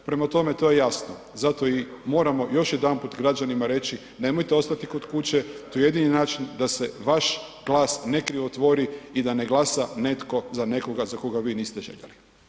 Prema tome, to je jasno, zato i moramo još jedanput građanima reći, nemojte ostati kod kuće, to je jedini način da se vaš glas ne krivotvori i da ne glasa netko za nekoga za koga vi niste željeli.